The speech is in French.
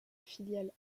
filiale